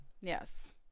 Yes